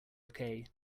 okay